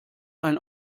ein